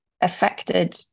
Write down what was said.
affected